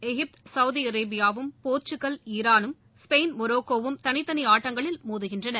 எகிப்து சவுதிஅரேபியாவும் போர்ச்சுகல் ஈரானும் ஸ்பெயின் ரஷ்பாவும் மொராக்கோவும் தனித்தனிஆட்டங்களில் மோதுகின்றன